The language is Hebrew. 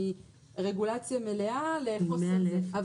מרגולציה מלאה להיפוך של זה.